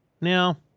Now